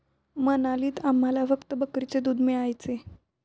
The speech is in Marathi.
मनालीत आम्हाला फक्त बकरीचे दूध मिळायचे